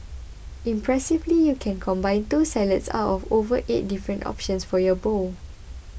impressively you can combine two salads out of over eight different options for your bowl